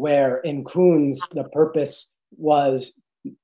where in croons the purpose was